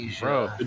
Bro